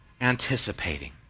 anticipating